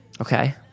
Okay